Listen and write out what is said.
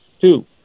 Two